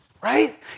right